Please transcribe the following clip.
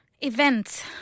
Events